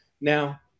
Now